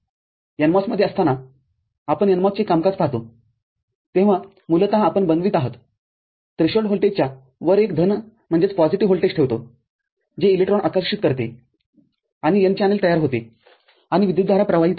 NMOS मध्ये असताना आपण NMOS चे कामकाज पाहतो तेव्हा मूलतः आपण बनवित आहातथ्रेशोल्ड व्होल्टेजच्या वर एक धन व्होल्टेज ठेवतो जे इलेक्ट्रॉन आकर्षित करते आणि n चॅनेल तयार होते आणि विद्युतधारा प्रवाहित होते